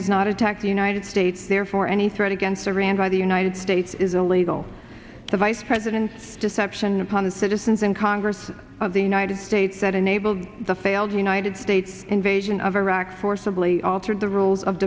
has not attacked the united states therefore any threat against iran by the united states is illegal the vice president's deception upon the citizens and congress of the united states that enabled the failed united states invasion of iraq forcibly altered the rules of